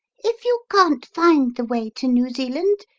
if you can't find the way to new zealand,